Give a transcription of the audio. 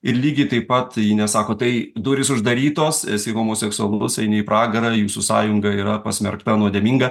ir lygiai taip pat ji nesako tai durys uždarytos esi homoseksualus eini į pragarą jūsų sąjunga yra pasmerkta nuodėminga